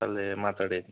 ಅಲ್ಲೇ ಮಾತಾಡಿ